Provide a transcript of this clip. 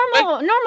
normal